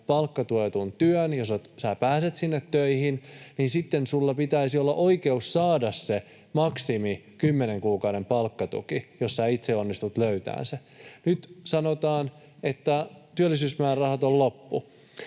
palkkatuetun työn ja pääset sinne töihin, niin sitten sinulla pitäisi olla oikeus saada se maksimi eli kymmenen kuukauden palkkatuki, jos itse onnistut löytämään sen työn. Nyt sanotaan, että työllisyysmäärärahat ovat loppu.